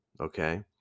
okay